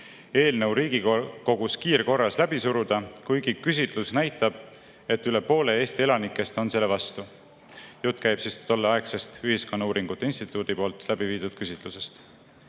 eelnõu Riigikogus kiirkorras läbi suruda, kuigi küsitlus näitab, et üle poole Eesti elanikest on selle vastu? Jutt käib Ühiskonnauuringute Instituudi läbiviidud küsitlusest.